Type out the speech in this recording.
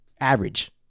Average